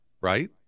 right